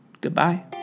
goodbye